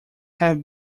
have